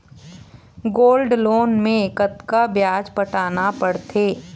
Gold loan मे कतका ब्याज पटाना पड़थे?